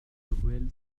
ruelle